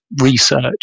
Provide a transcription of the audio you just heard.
research